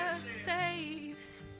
saves